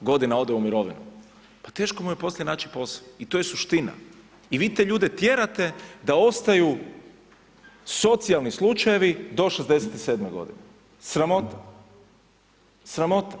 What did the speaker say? godina ode u mirovinu pa teško mu je poslije naći posao i to je suština i vi te ljude tjerate da ostaju socijalni slučajevi do 67 godine, sramota, sramota.